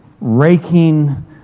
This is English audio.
raking